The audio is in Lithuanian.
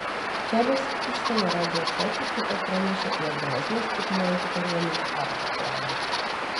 kelios užsienio radijo stotys taip pat pranešė jog grozną šturmuojanti kariuomenė pergrupuojama